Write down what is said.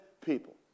people